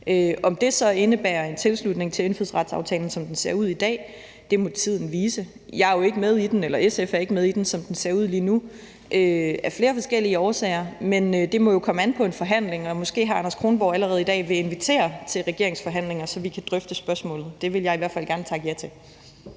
Om det så indebærer en tilslutning til indfødsretsaftalen, som den ser ud i dag, må tiden vise. SF er jo af flere forskellige årsager ikke med i den, som den ser ud lige nu, men det må jo komme an på en forhandling, og måske hr. Anders Kronborg allerede i dag vil invitere til regeringsforhandlinger, så vi kan drøfte spørgsmålet. Det vil jeg i hvert fald gerne takke ja til.